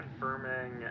confirming